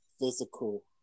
physical